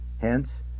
hence